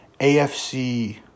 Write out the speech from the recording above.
AFC